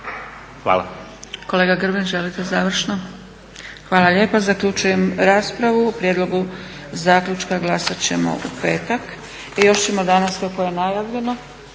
Hvala.